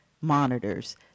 monitors